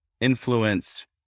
influenced